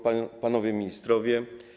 Panowie Ministrowie!